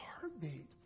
heartbeat